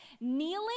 kneeling